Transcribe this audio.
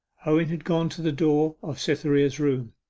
owen had gone to the door of cytherea's room.